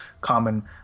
common